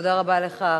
תודה רבה לך,